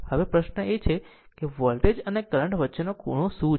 હવે પ્રશ્ન છે વોલ્ટેજ અને કરંટ વચ્ચેનો ખૂણો શું છે